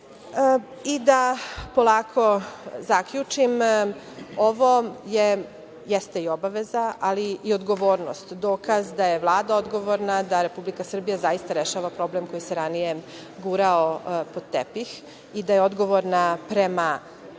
polako zaključim, ovo jeste obaveza, ali i odgovornost, dokaz da je Vlada odgovorna, da Republika Srbija zaista rešava problem koji se ranije gurao pod tepih i da je Vlada odgovorna prema